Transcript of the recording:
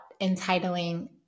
entitling